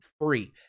free